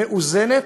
מאוזנת,